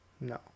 No